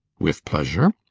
with pleasure.